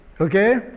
Okay